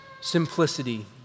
simplicity